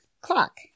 Clock